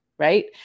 right